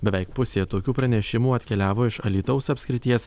beveik pusė tokių pranešimų atkeliavo iš alytaus apskrities